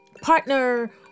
partner